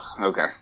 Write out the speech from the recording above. okay